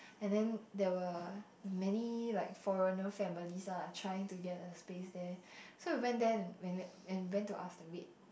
and then there were many like foreigner families ah like trying to get a space there so we went there and went and went to ask the rate